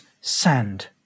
sand